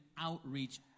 outreach